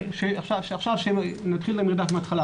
ושעכשיו נתחיל מרדף מהתחלה,